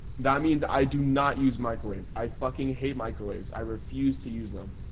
that means i do not use microwaves. i fucking hate microwaves. i refuse to use them